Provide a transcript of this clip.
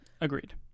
Agreed